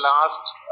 last